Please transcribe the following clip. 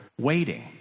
waiting